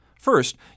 First